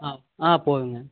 ஆ ஆ போதுங்க